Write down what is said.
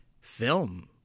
film